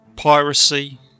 Piracy